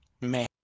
Man